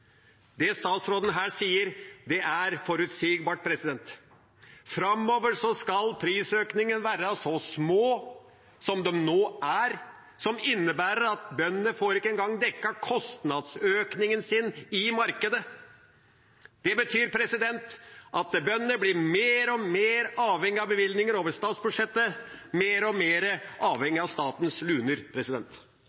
Det statsråden her sier, er forutsigbart. Framover skal prisøkningene være så små som de nå er, som innebærer at bøndene ikke engang får dekket kostnadsøkningen sin i markedet. Det betyr at bøndene blir mer og mer avhengig av bevilgninger over statsbudsjettet, mer og